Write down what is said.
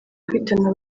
kwitana